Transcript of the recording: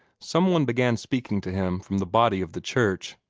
some one began speaking to him from the body of the church.